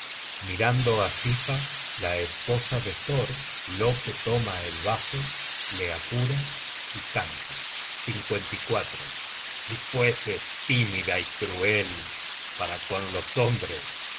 mirando á sifa la esposa de thor loke toma el vaso le apura y canta si fueses tímida y cruel para con los hombres